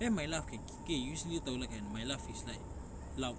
then my laugh kan okay you usually tahu lah kan my laugh is like loud